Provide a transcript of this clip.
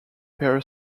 per